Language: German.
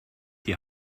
die